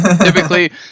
Typically